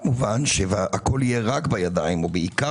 כמובן אם הכול יהיה רק בידיים או בעיקר